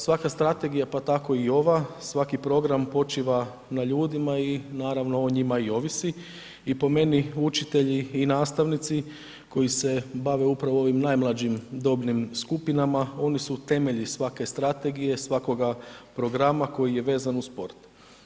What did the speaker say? Svaka strategija, pa tako i ova, svaki program počiva na ljudima i naravno o njima i ovisi i po meni učitelji i nastavnici koji se bave upravo ovim najmlađim dobnim skupinama oni su temelji svake strategije, svakoga programa koji je vezan uz sport.